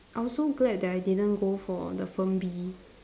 I was so glad that I didn't go for the firm B